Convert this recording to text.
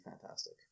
fantastic